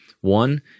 One